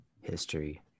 History